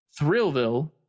Thrillville